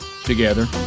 together